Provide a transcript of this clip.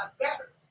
better